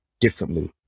differently